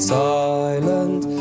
silent